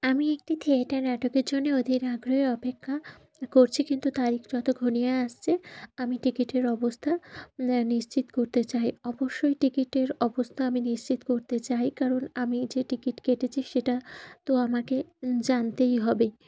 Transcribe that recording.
আমি একটি থিয়েটার নাটকের জন্য অধীর আগ্রহে অপেক্ষা করছি কিন্তু তারিখ যত ঘনিয়ে আসছে আমি টিকিটের অবস্থা নিশ্চিত করতে চাই অবশ্যই টিকিটের অবস্থা আমি নিশ্চিত করতে চাই কারণ আমি যে টিকিট কেটেছি সেটা তো আমাকে জানতেই হবে